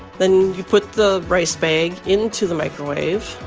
then you put the rice bag into the microwave,